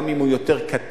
גם אם הוא יותר קטן,